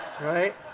right